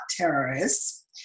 terrorists